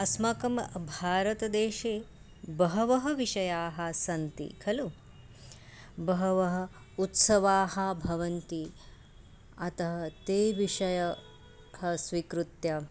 अस्माकं भारतदेशे बहवः विषयाः सन्ति खलु बहवः उत्सवाः भवन्ति अतः ते विषयः स्वीकृत्य